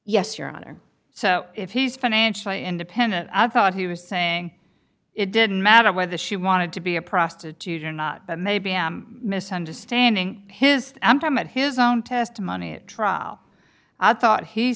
yes your honor so if he's financially independent i thought he was saying it didn't matter whether she wanted to be a prostitute or not but maybe i'm misunderstanding his i'm time at his own testimony at trial i thought he